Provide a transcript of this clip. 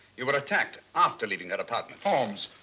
you were attacked after leaving her apartment. holmes,